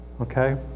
Okay